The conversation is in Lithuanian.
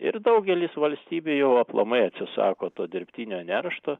ir daugelis valstybių jau aplamai atsisako to dirbtinio neršto